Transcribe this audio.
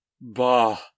Bah